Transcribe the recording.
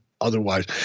otherwise